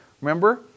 Remember